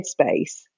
headspace